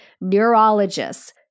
neurologists